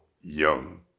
young